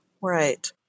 Right